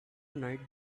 night